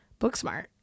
Booksmart